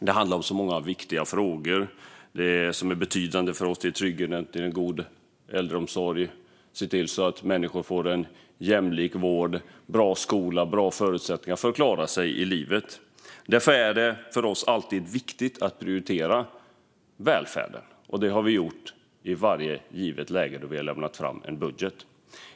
Det handlar om så många viktiga frågor som är betydande för oss: trygghet, en god äldreomsorg, att se till att människor får en jämlik vård, en bra skola och bra förutsättningar att klara sig i livet. Därför är det för oss alltid viktigt att prioritera välfärden, och det har vi gjort i varje givet läge då vi har lämnat fram en budget.